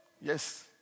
Yes